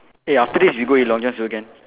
eh after this we go eat long John silver can